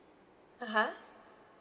(uh huh)